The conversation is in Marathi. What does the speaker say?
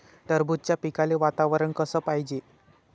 टरबूजाच्या पिकाले वातावरन कस पायजे?